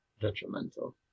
detrimental